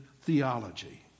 theology